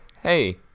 Hey